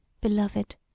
Beloved